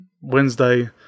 wednesday